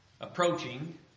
approaching